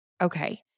Okay